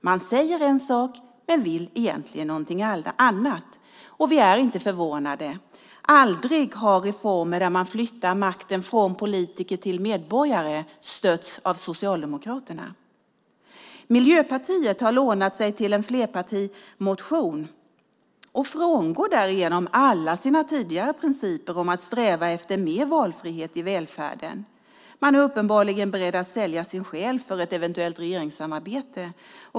Man säger en sak men vill egentligen någonting annat. Vi är inte förvånade, för aldrig har reformer där makten flyttas från politiker till medborgare stötts av Socialdemokraterna. Miljöpartiet har lånat sig till att vara med på en flerpartimotion och frångår därigenom alla sina tidigare principer om att sträva efter mer valfrihet i välfärden. Man är uppenbarligen beredd att sälja sin själ för ett eventuellt regeringssamarbete.